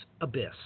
abyss